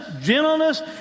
gentleness